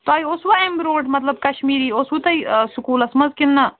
تۄہہِ اوسوٕ اَمہِ برٛونٛٹھ مطلب کشمیٖری اوسوٕ تۄہہِ آ سکوٗ لس منٛز کِنہٕ نہٕ